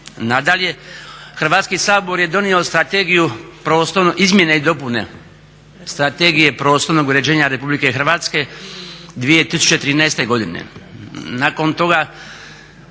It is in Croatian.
Nadalje, Hrvatski sabor je donio strategiju, izmjene i dopune Strategije prostornog uređenja RH 2013. godine. Nakon toga